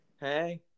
Hey